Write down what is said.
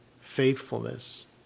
faithfulness